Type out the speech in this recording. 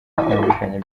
bitandukanye